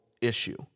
issue